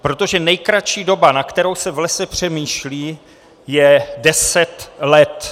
Protože nejkratší doba, na kterou se v lese přemýšlí, je deset let.